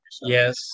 yes